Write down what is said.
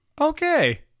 Okay